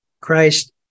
Christ